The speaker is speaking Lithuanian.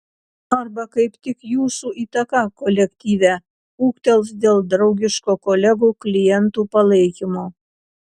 arba kaip tik jūsų įtaka kolektyve ūgtels dėl draugiško kolegų klientų palaikymo